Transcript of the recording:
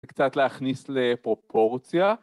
וקצת להכניס לפרופורציה